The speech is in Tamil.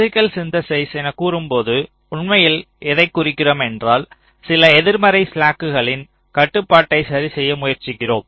பிஸிக்கல் சிந்தேசிஸ் என்று கூறும்போது உண்மையில் எதைக் குறிக்கிறோம் என்றால் சில எதிர்மறை ஸ்லாக்குகளின் கட்டுப்பாட்டை சரிசெய்ய முயற்சிக்கிறோம்